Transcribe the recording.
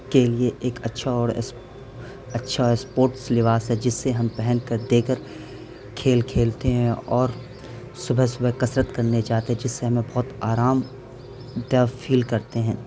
کے لیے ایک اچھا اور اچھا اسپوٹس لباس ہے جس سے ہم پہن کر دیگر کھیل کھیلتے ہیں اور صبح صبح کسرت کرنے جاتے ہیں جس سے ہمیں بہت آرام دہ فیل کرتے ہیں